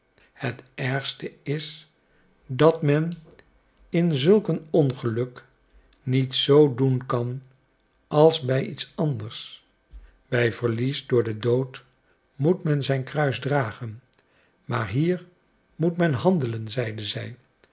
het ergste is dat men in zulk een ongeluk niet zoo doen kan als bij iets anders bij verlies door den dood moet men zijn kruis dragen maar hier moet men handelen zeide hij